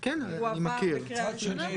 הוא עבר לקריאה ראשונה --- מצד שני,